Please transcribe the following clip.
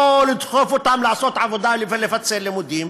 לא לדחוף אותם לעבוד ולפצל לימודים,